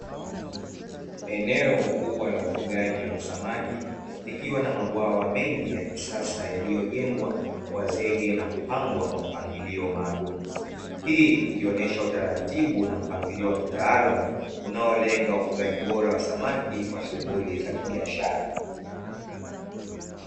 Eneo kubwa la ufugaji wa samaki likiwa na mabwawa mengi ya kisasa yaliyojengwa kwa zege na kupangwa kwa mpangilio maalumu. Hii ikionyesha utaratibu na mpangilio wa kitaalamu unaolenga ufugaji bora wa samaki kwa shughuli za kibishara.